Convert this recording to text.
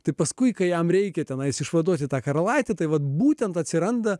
tai paskui kai jam reikia tenai išvaduoti tą karalaitį tai vat būtent atsiranda